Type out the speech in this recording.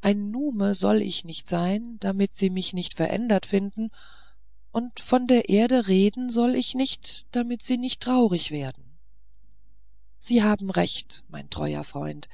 ein nume soll ich nicht sein damit sie mich nicht verändert finden und von der erde soll ich nicht reden damit sie nicht traurig werden sie haben recht mein treuer freund